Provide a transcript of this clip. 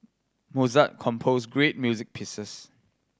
Mozart composed great music pieces